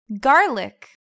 garlic